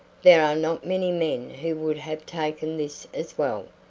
there are not many men who would have taken this as well.